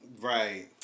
Right